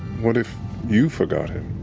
what if you forgot him?